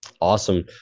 Awesome